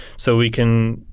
so we can,